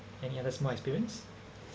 any other small experience